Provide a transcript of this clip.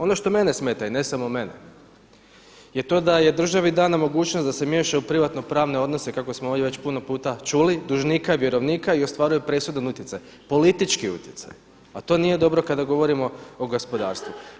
Ono što mene smeta i ne samo mene je to da je državi dana mogućnost da se miješa u privatno-pravne odnose kako smo ovdje već puno puta čuli, dužnika i vjerovnika i ostvaruje presudan utjecaj, politički utjecaj a to nije dobro kada govorimo o gospodarstvu.